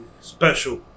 special